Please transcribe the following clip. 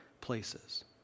places